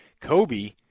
Kobe